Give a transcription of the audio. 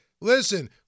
listen